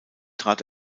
trat